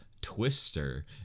Twister